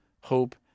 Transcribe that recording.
hope